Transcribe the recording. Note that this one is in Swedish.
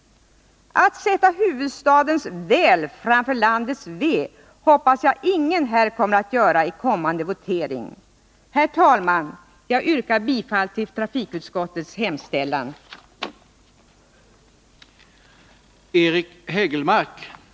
Att sätta huvudstadens väl framför landets ve hoppas jag att ingen kommer att göra vid den kommande voteringen. Nr 53 Herr talman! Jag yrkar bifall till trafikutskottets hemställan. Onsdagen den